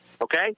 Okay